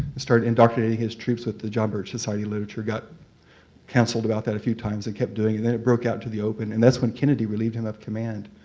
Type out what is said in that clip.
started indoctrinating his troops with the john birch society literature. got canceled about that a few times and kept doing it. and then it broke out to the open and that's when kennedy relieved him of command